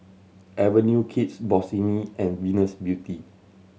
Avenue Kids Bossini and Venus Beauty